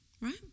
Right